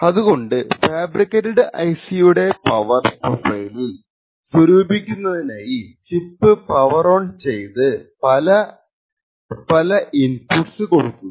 അതുകൊണ്ട് fabricated IC യുടെ power പ്രൊഫൈലിൽ സ്വരൂപിക്കുന്നതിനായി ചിപ്പ് പവർ ഓൺ ചെയ്ത് പല പല ഇൻപുട്ട്സ് കൊടുക്കുന്നു